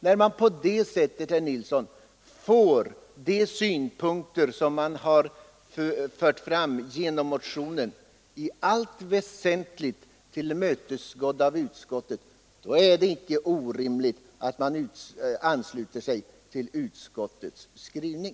När man på det sättet, herr Nilsson i Kalmar, får de krav som man motionsledes fört fram i allt väsentligt tillgodosedda av utskottet, är det inte orimligt att man ansluter sig till utskottets skrivning.